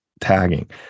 tagging